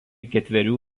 ketverių